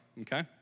okay